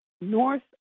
north